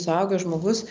suaugęs žmogus